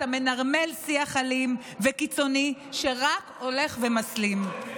אתה מנרמל שיח אלים וקיצוני שרק הולך ומסלים.